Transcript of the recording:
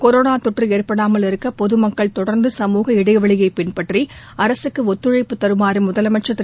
corona தொற்று ஏற்படாமல் இருக்க பொதுமக்கள் தொடர்ந்து சமூக இடைவெளியை பின்பற்றி அரசுக்கு ஒத்துழைப்பு தருமாறும் முதலமைச்சா் திரு